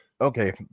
okay